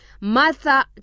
Martha